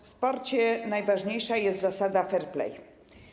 W sporcie najważniejsza jest zasada fair play.